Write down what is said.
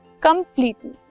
completely